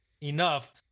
enough